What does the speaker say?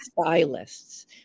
stylists